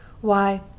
Why